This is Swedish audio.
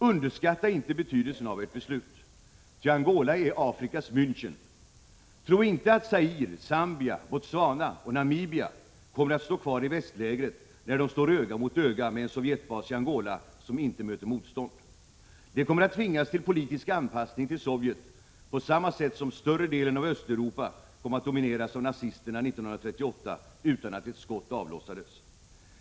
Underskatta inte betydelsen av ert beslut, ty Angola är Afrikas Mänchen. Tro inte, att Zaire, Zambia, Botswana och Namibia kommer att stå kvar i västlägret, där de står öga mot öga mot en Sovjetbas i Angola, som inte möter motstånd. De kommer att tvingas till politisk anpassning till Sovjet på samma sätt som större delen av Östeuropa kom att domineras av nazisterna 1938 utan att ett skott avlossades.